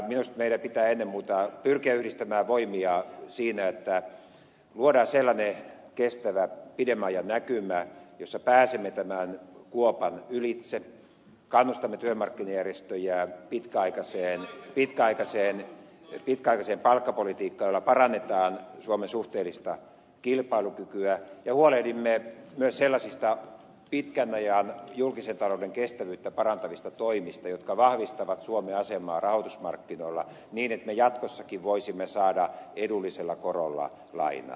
minusta meidän pitää ennen muuta pyrkiä yhdistämään voimia siinä että luodaan sellainen kestävä pidemmän ajan näkymä jossa pääsemme tämän kuopan ylitse kannustamme työmarkkinajärjestöjä pitkäaikaiseen palkkapolitiikkaan jolla parannetaan suomen suhteellista kilpailukykyä ja huolehdimme myös sellaisista pitkän ajan julkisen talouden kestävyyttä parantavista toimista jotka vahvistavat suomen asemaa rahoitusmarkkinoilla niin että me jatkossakin voisimme saada edullisella korolla lainaa